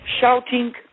shouting